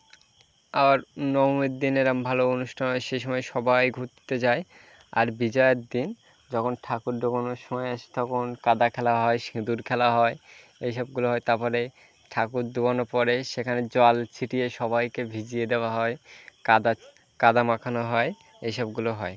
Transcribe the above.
আবার নবমীর দিন এরম ভালো অনুষ্ঠান হয় সে সময় সবাই ঘুরতে যায় আর বিজয়ার দিন যখন ঠাকুর ডোবানোর সময় আসে তখন কাদা খেলা হয় সিঁদুর খেলা হয় এই সবগুলো হয় তারপরে ঠাকুর ডোবানোর পরে সেখানে জল ছিটিয়ে সবাইকে ভিজিয়ে দেওয়া হয় কাদা কাদা মাখানো হয় এই সবগুলো হয়